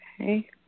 Okay